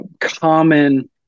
common